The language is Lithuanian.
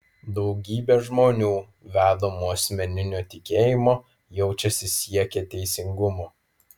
daugybė žmonių vedamų asmeninio tikėjimo jaučiasi siekią teisingumo